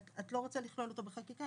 את לא רוצה לכלול אותו בחקיקה,